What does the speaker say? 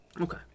Okay